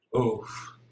Oof